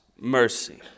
mercy